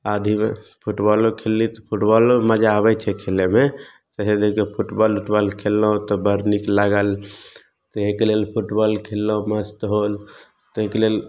आँधीमे फुटबौलो खेलली तऽ फुटबौलोमे मजा आबै छै खेलैमे फिर देखियौ फुटबॉल उटबाॅल खेललहुॅं तऽ बड़ नीक लागल तऽ एहिके लेल फुटबॉल खेललहुॅं मस्त होल ताहिके लेल ध